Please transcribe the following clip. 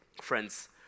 friends